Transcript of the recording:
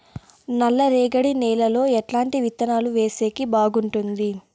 నల్లరేగడి నేలలో ఎట్లాంటి విత్తనాలు వేసేకి బాగుంటుంది?